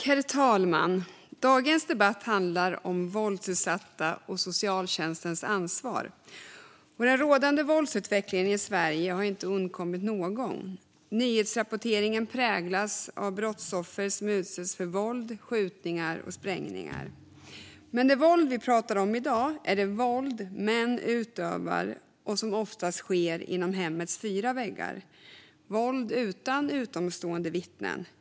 Herr talman! Dagens debatt handlar om våldsutsatta människor och socialtjänstens ansvar. Den rådande våldsutvecklingen i Sverige har inte undgått någon. Nyhetsrapporteringen präglas av brottsoffer som utsätts för våld, skjutningar och sprängningar. Men det våld vi pratar om i dag är det som män utövar och som oftast sker inom hemmets fyra väggar. Det är våld utan utomstående vittnen.